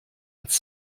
als